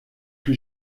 que